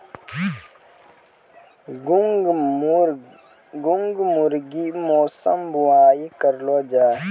मूंग गर्मी मौसम बुवाई करलो जा?